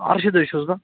ارشد حظ چھُس بہٕ